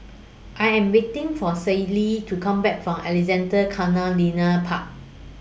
I Am waiting For Shaylee to Come Back from Alexandra Canal Linear Park